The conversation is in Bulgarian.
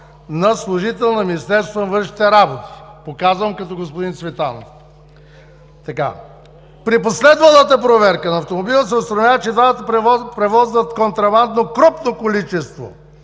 на служител на Министерството на външните работи. Показвам като господин Цветанов. (Показва документ.) При последвалата проверка на автомобила се установява, че двамата превозват контрабандно крупно количество